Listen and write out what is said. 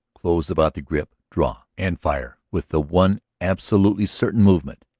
close about the grip, draw, and fire with the one absolutely certain movement.